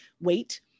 wait